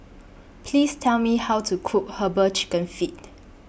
Please Tell Me How to Cook Herbal Chicken Feet